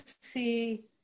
see